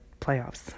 playoffs